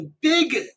big